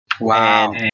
Wow